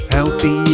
Healthy